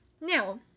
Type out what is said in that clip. Now